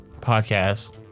podcast